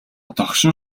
догшин